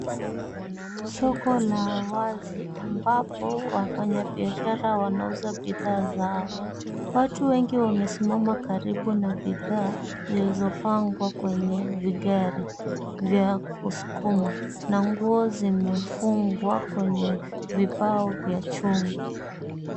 Soko la wazi ambapo wafanya biashara wanauza bidhaa zao. Watu wengi wamesimama karibu na bidhaa zilizopangwa kwenye vigari vya kuskuma na nguo zimefungwa kwenye vipao vya chuma.